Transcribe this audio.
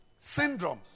Syndromes